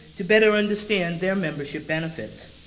to better understand their membership benefits.